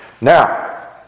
Now